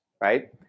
right